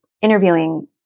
interviewing